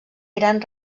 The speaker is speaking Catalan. gran